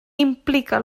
implica